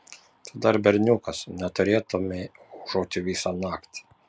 tu dar berniukas neturėtumei ūžauti visą naktį